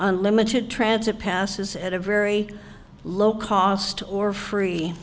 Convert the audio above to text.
unlimited transit passes at a very low cost or free